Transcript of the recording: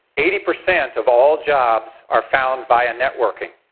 eighty percent of all jobs are found via networking.